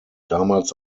damals